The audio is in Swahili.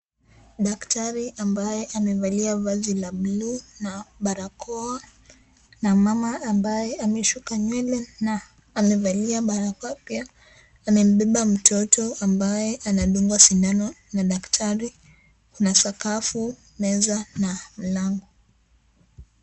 Daktari ambaye amevalia vazi la blue na balakoa na mama ambaye ameshuka nywele na amevalia balakoa pia. Amembeba mtoto ambaye anadungwa sindano na daktari. Kuna sakafu, meza mlango.